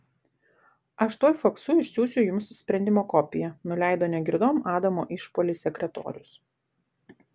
aš tuoj faksu išsiųsiu jums sprendimo kopiją nuleido negirdom adamo išpuolį sekretorius